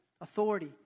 authority